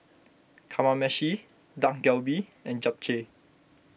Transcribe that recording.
Kamameshi Dak Galbi and Japchae